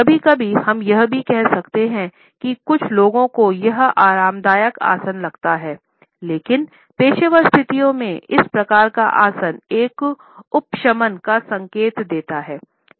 कभी कभी हम यह भी कह सकते हैं कि कुछ लोगों को यह एक आरामदायक आसन लगता है लेकिन पेशेवर स्थितियों में इस प्रकार का आसन एक उपशमन का संकेत देता है